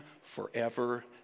forever